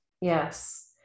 yes